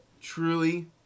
truly